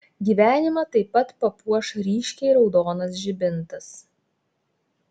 gyvenimą taip pat papuoš ryškiai raudonas žibintas